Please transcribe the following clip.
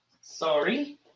Sorry